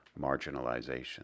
marginalization